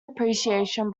appreciation